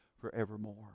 forevermore